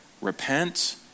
repent